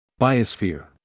Biosphere